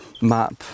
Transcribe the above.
map